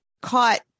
caught –